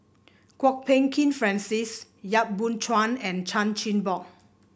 Kwok Peng Kin Francis Yap Boon Chuan and Chan Chin Bock